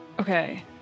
Okay